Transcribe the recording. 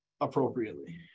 appropriately